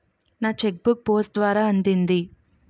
నా cheque book post ద్వారా అందింది